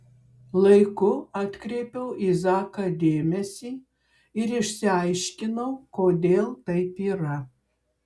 laiku atkreipiau į zaką dėmesį ir išsiaiškinau kodėl taip yra